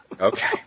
Okay